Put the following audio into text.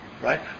right